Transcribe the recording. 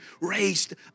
raised